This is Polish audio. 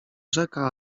rzeka